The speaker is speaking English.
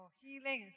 healing